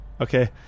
Okay